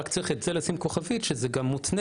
ורק צריך לשים על זה כוכבית: זה גם מותנה